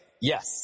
Yes